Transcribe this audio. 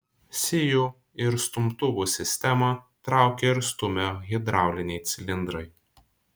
sijų ir stumtuvų sistemą traukia ir stumia hidrauliniai cilindrai